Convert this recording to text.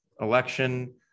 election